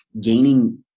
gaining